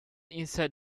inside